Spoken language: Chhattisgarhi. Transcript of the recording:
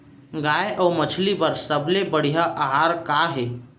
गाय अऊ मछली बर सबले बढ़िया आहार का हे?